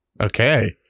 Okay